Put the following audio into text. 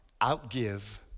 outgive